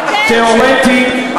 תיאורטית,